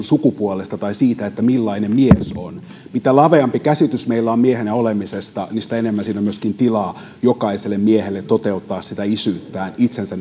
sukupuolesta tai siitä millainen mies on mitä laveampi käsitys meillä on miehenä olemisesta sitä enemmän siinä on myöskin tilaa jokaiselle miehelle toteuttaa isyyttään itsensä